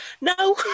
No